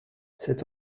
cet